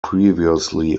previously